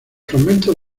fragmentos